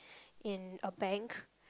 in a bank